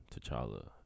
T'Challa